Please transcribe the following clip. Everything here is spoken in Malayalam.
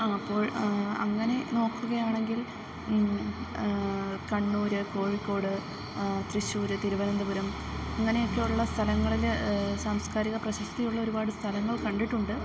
അപ്പോൾ അങ്ങനെ നോക്കുകയാണെങ്കിൽ കണ്ണൂര് കോഴിക്കോട് തൃശ്ശൂര് തിരുവനന്തപുരം അങ്ങനെയൊക്കെയള്ള സ്ഥലങ്ങളില് സാംസ്കാരിക പ്രശസ്തിയുള്ള ഒരുപാട് സ്ഥലങ്ങൾ കണ്ടിട്ടുണ്ട്